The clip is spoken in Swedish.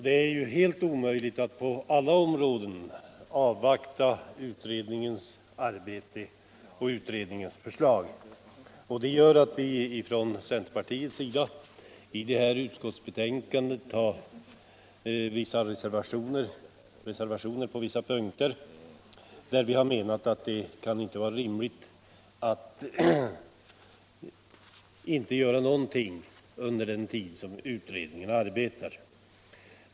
Det är helt omöjligt att på alla områden avvakta resultaten av utredningsarbetet. Det gör att vi från centerpartiet till detta utskottsbetänkande på vissa punkter har fogat reservationer vari vi hävdar att det inte kan vara rimligt att inte göra någonting under den tid som utredningen arbetar.